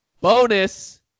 Bonus